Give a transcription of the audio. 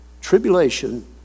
tribulation